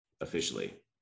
officially